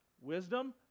wisdom